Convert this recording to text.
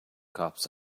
cops